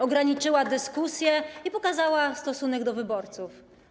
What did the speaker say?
Ograniczyła dyskusję i pokazała stosunek do wyborców.